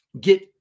get